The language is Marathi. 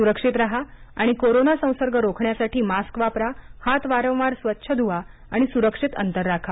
सुरक्षित राहा आणि कोरोंना संसर्ग रोखण्यासाठी मास्क वापरा हात वारंवार स्वच्छ धुवा आणि सुरक्षित अंतर राखा